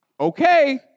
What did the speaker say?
okay